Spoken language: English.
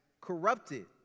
corrupted